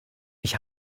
ich